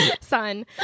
son